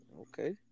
Okay